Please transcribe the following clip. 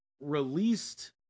released